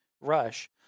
Rush